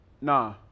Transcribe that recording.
nah